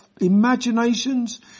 imaginations